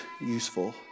useful